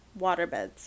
Waterbeds